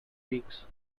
weeks